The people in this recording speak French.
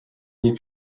des